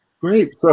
great